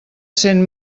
cent